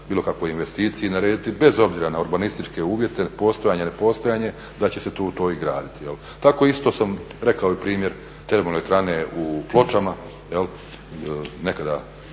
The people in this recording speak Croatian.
bilo kakvoj investiciji narediti, bez obzira na urbanističke uvjete postojanje, nepostojanje da će se to tu i graditi. Tako sam isto rekao i primjer TE u Pločama,